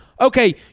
okay